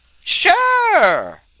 sure